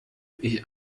ich